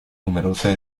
numerose